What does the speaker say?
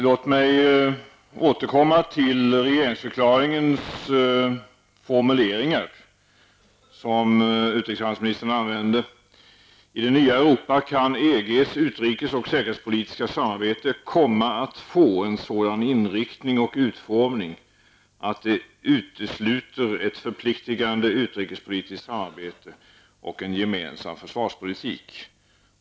Jag vill återkomma till regeringsförklaringens formuleringar som utrikeshandelsministern använde sig av: ''I det nya Europa kan EGs utrikesoch säkerhetspolitiska samarbete komma att få en sådan inriktning och utformning att det utesluter ett förpliktigande utrikespolitiskt arbete och en gemensam försvarspolitik''.